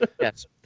Yes